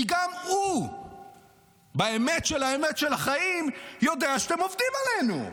כי גם הוא באמת של האמת של החיים יודע שאתם עובדים עלינו.